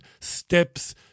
steps